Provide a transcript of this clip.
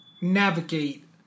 navigate